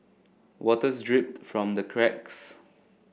waters drip from the cracks